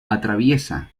atraviesa